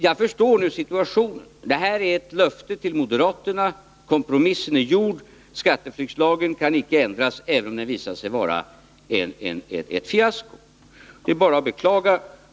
Jag förstår nu situationen: Man har givit moderaterna ett löfte, kompromissen är gjord, skatteflyktslagen kan icke ändras, även om den visar sig vara ett fiasko. Det är bara att beklaga.